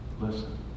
Listen